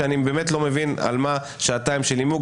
שאני באמת לא מבין על מה שעתיים של נימוק.